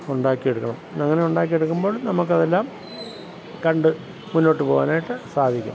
ഉണ്ടാക്കി എടുക്കണം അങ്ങനെ ഉണ്ടാക്കി എടുക്കുമ്പോൾ നമുക്ക് അതെല്ലാം കണ്ട് മുന്നോട്ട് പോകാനായിട്ട് സാധിക്കും